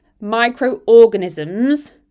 microorganisms